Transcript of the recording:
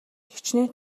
хэчнээн